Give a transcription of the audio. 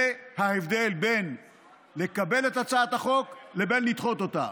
זה ההבדל בין לקבל את הצעת החוק לבין לדחות אותה,